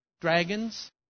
dragons